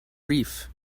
reef